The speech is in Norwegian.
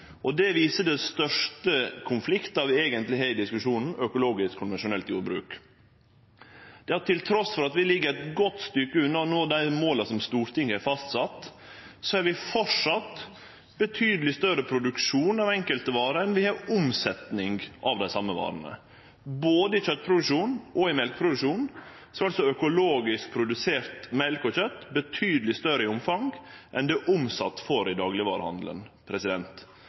og konvensjonelt jordbruk, at trass i at vi ligg eit godt stykke unna å nå dei måla som Stortinget har fastsett, har vi fortsatt betydeleg større produksjon av enkelte varer enn vi har omsetning av dei same varene. Både i kjøttproduksjonen og i mjølkeproduksjonen er altså omfanget av økologisk produsert kjøtt og mjølk betydeleg større enn det som vert omsett i daglegvarehandelen.